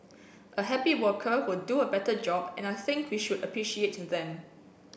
a happy worker will do a better job and I think we should appreciate to them